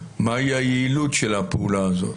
מהי היעילות של הפעולה הזאת?